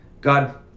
God